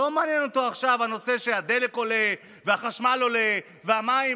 לא מעניין אותו עכשיו שהדלק עולה והחשמל עולה והמים,